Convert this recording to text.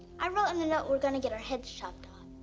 i wrote on the note we're gonna get our heads chopped off.